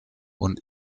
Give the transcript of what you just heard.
und